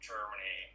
Germany